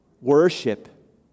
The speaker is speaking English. worship